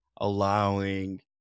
allowing